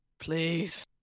please